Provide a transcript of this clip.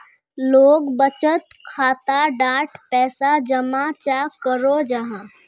लोग बचत खाता डात पैसा जमा चाँ करो जाहा?